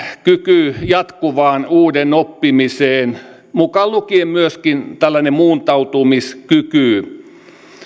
kyky jatkuvaan uuden oppimiseen mukaan lukien myöskin tällainen muuntautumiskyky